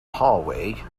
hallway